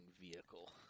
vehicle